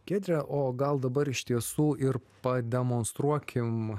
giedre o gal dabar iš tiesų ir pademonstruokim